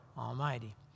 Almighty